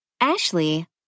Ashley